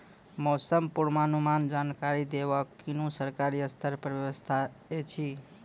मौसम पूर्वानुमान जानकरी देवाक कुनू सरकारी स्तर पर व्यवस्था ऐछि?